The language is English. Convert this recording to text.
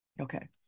Okay